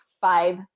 five